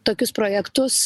tokius projektus